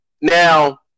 Now